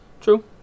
True